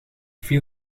viel